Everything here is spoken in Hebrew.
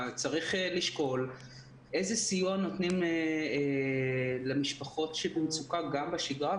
צריך לשקול איזה סיוע נותנים למשפחות שנמצאות במצוקה גם בשגרה,